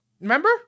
remember